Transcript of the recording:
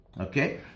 Okay